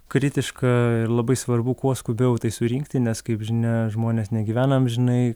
kritiška ir labai svarbu kuo skubiau tai surinkti nes kaip žinia žmonės negyvena amžinai